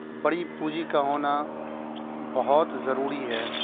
بڑی پونجی کا ہونا بہت ضروری ہے